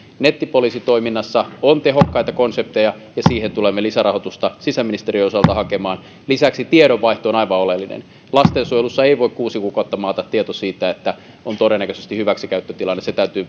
nettipoliisitoiminnassa on tehokkaita konsepteja ja siihen tulemme lisärahoitusta sisäministeriön osalta hakemaan lisäksi tiedonvaihto on aivan oleellinen lastensuojelussa ei voi kuusi kuukautta maata tieto siitä että on todennäköisesti hyväksikäyttötilanne sen täytyy